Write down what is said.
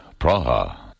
Praha